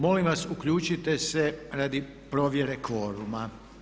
Molim vas uključite se radi provjere kvoruma.